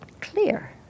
clear